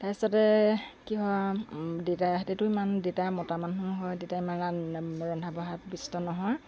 তাৰ পিছতে কি হয় দেউতাহঁতেতো ইমান দেউতাই মতা মানুহ হয় দেউতাই ইমান ৰা ৰন্ধা বঢ়াত ব্যস্ত নহয় মা